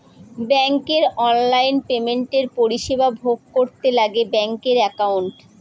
ব্যাঙ্কের অনলাইন পেমেন্টের পরিষেবা ভোগ করতে লাগে ব্যাঙ্কের একাউন্ট